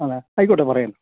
അതെ ആയിക്കോട്ടെ പറയാം